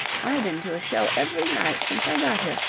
i been to a show every night since i got here.